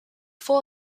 full